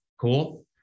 Cool